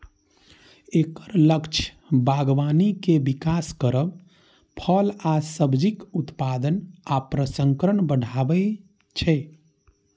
एकर लक्ष्य बागबानी के विकास करब, फल आ सब्जीक उत्पादन आ प्रसंस्करण बढ़ायब छै